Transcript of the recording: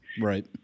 Right